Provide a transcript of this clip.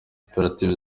koperative